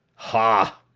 ha!